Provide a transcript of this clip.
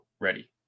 ready